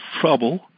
trouble